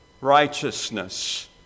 righteousness